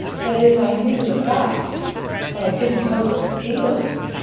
that is i knew the facts but i didn't know the feeling!